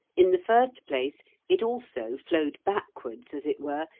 in the first place it also flowed backwards as it were,